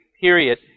period